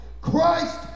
Christ